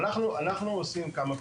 אז אנחנו עושים כמה פעולות.